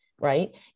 right